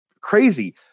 crazy